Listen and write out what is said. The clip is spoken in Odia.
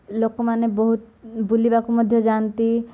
ଲୋକମାନେ ବହୁତ ବୁଲିବାକୁ ମଧ୍ୟ ଯାଆନ୍ତି